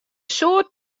soad